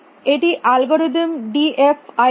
এটি algorithm D F I D